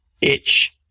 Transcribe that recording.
itch